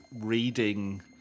reading